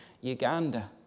Uganda